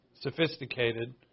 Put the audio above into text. sophisticated